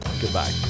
goodbye